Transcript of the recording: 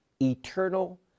eternal